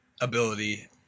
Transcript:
ability